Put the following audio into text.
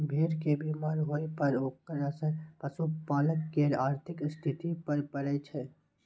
भेड़ के बीमार होइ पर ओकर असर पशुपालक केर आर्थिक स्थिति पर पड़ै छै